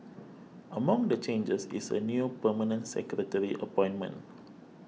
among the changes is a new Permanent Secretary appointment